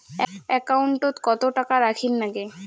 একাউন্টত কত টাকা রাখীর নাগে?